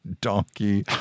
donkey